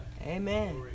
Amen